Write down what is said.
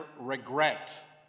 regret